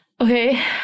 okay